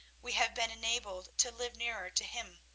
we have been enabled to live nearer to him.